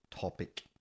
topic